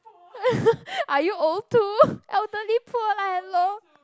are you old too elderly poor leh hello